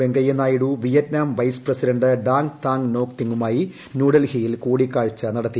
Venkaiah Naidu Vietnam vice president Dang Thi Ngoc തിങുമായി ന്യൂഡൽഹിയിൽ കൂടിക്കാഴ്ച നടത്തി